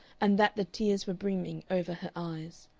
and that the tears were brimming over her eyes.